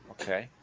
Okay